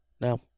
Now